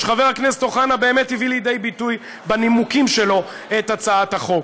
שחבר הכנסת אוחנה באמת הביא לידי ביטוי בנימוקים שלו להצעת החוק: